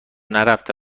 نرفته